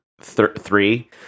three